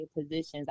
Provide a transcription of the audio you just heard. positions